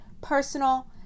personal